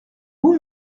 vous